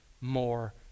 more